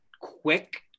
quick